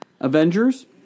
Avengers